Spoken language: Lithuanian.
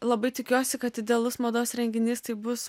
labai tikiuosi kad idealus mados renginys tai bus